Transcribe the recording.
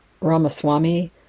Ramaswamy